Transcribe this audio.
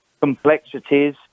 complexities